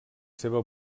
seva